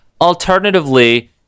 alternatively